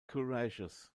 courageous